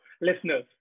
listeners